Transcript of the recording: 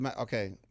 okay